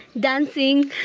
dancing.